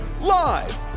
Live